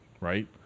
right